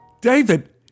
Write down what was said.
David